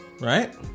right